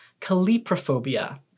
caliprophobia